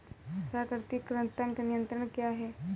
प्राकृतिक कृंतक नियंत्रण क्या है?